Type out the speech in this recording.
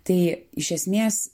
tai iš esmės